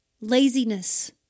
laziness